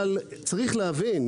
אבל צריך להבין,